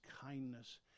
kindness